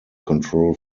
control